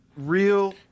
real